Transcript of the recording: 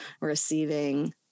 receiving